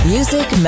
Music